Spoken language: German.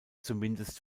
zumindest